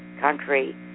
country